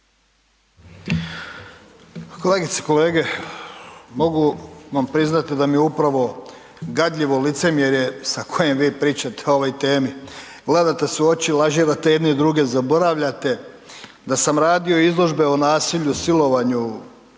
Kolegice i kolege mogu vam priznati da mi je upravo gadljivo licemjerje sa kojim vi pričate o ovoj temi. Gledate se u oči, .../Govornik se ne razumije./... druge zaboravljate, da sam radio izložbe o nasilju, silovanju